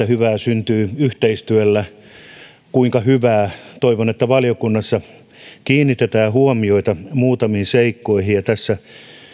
hyvää syntyy yhteistyöllä kuinka hyvää toivon että valiokunnassa kiinnitetään huomiota muutamiin seikkoihin tässä